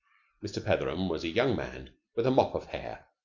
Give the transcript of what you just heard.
mr. petheram was a young man with a mop of hair,